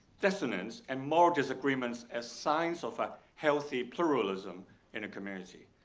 dissonance, and moral disagreements as signs of a healthy pluralism in a community.